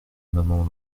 maman